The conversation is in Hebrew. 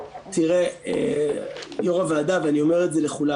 תראה, יושב-ראש הוועדה, ואני אומר את זה לכולם.